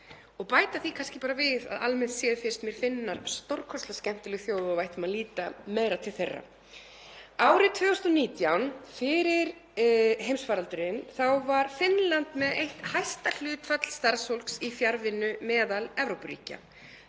og bæta því kannski bara við að almennt séð finnst mér Finnar stórkostlega skemmtileg þjóð og við ættum að líta meira til þeirra. Árið 2019, fyrir heimsfaraldurinn, var Finnland með eitt hæsta hlutfall starfsfólks í fjarvinnu meðal Evrópuríkja.